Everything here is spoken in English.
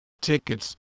tickets